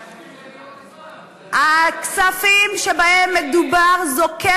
לא, זה מהכספים עצמם של הדיור.